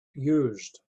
used